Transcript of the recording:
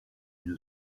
une